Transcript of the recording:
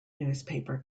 newspaper